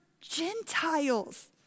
Gentiles